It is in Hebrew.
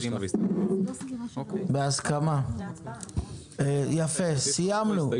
יפה, סיימנו.